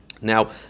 Now